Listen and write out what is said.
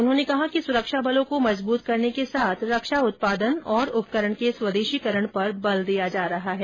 उन्होंने कहा कि सुरक्षा बलों को मजबूत करने के साथ रक्षा उत्पादन और उपकरण के स्वदेशीकरण पर बल दिया जा रहा है